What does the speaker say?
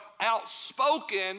outspoken